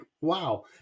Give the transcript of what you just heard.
wow